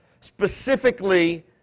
specifically